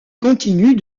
continue